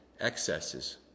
excesses